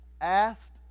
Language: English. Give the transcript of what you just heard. asked